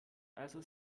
also